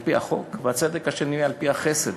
על-פי החוק, והצדק השני זה על-פי החסד,